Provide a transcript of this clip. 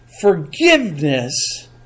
forgiveness